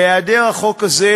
בהיעדר החוק הזה,